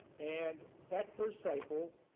and that first cycle,